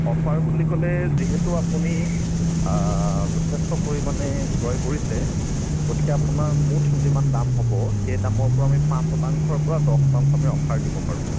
offer বুলি ক'লে যিহেতু আপুনি যথেষ্ট পৰিমাণে ক্ৰয় কৰিছে গতিকে আপোনাৰ মুঠ যিমান দাম হ'ব সেই দামৰ পৰা আমি পাচ শতাংশৰ পৰা দহ শতাংশ আমি অফাৰ দিব পাৰোঁ